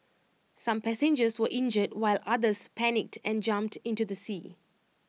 some passengers were injured while others panicked and jumped into the sea